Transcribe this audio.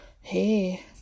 Hey